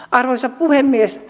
arvoisa puhemies